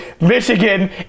Michigan